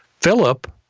Philip